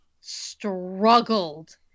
struggled